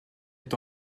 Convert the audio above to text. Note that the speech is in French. est